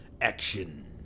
Action